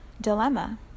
dilemma